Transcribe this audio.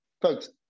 folks